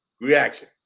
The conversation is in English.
reaction